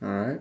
alright